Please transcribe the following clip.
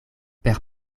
per